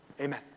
Amen